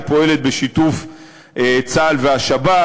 היא פועלת בשיתוף צה"ל והשב"כ.